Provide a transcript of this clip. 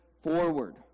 forward